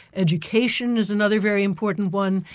education is another very important one,